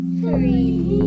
three